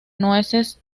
nueces